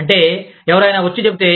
అంటే ఎవరైనా వచ్చి చెబితే